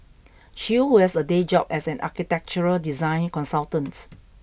Chew was a day job as an architectural design consultants